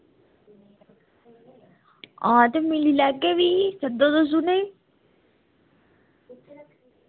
हां ते मिली लैगे फ्ही सद्दो तुस उ'नेंगी